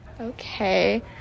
Okay